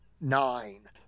nine